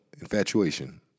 Infatuation